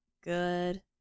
good